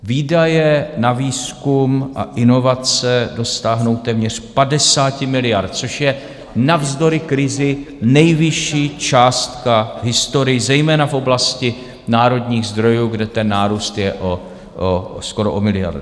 Výdaje na výzkum a inovace dosáhnou téměř 50 miliard, což je navzdory krizi nejvyšší částka v historii, zejména v oblasti národních zdrojů, kde ten nárůst je skoro o miliardu.